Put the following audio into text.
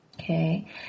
Okay